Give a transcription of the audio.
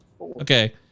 okay